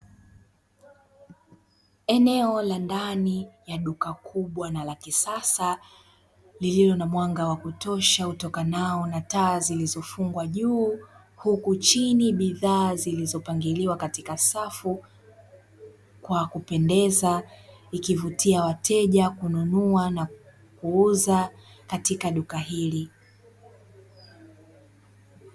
Eneo la ndani ya duka kubwa na la kisasa lililo na mwanga wa kutosha utokanao na taa zilizofungwa juu, huku chini bidhaa zilizopangiliwa katika safu kwa kupendeza ikivutia wateja kununua na kuuza katika duka hili.